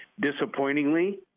disappointingly